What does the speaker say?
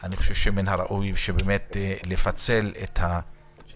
אני חושב שמן הראוי לפצל את החוק.